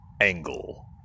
angle